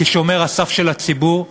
כשומר הסף של הציבור.